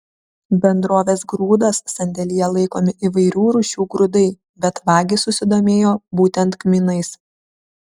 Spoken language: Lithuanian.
bendrovės grūdas sandėlyje laikomi įvairių rūšių grūdai bet vagys susidomėjo būtent kmynais